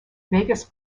vegas